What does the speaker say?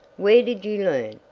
where did you learn?